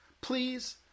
Please